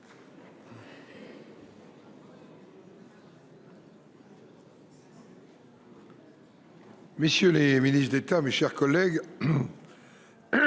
messieurs les ministres d’État, mes chers collègues,